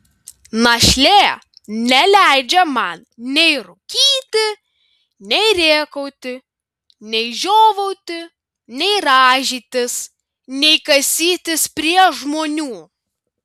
našlė neleidžia man nei rūkyti nei rėkauti nei žiovauti nei rąžytis nei kasytis prie žmonių